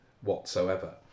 whatsoever